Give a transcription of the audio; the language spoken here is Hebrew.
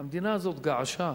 המדינה הזאת געשה.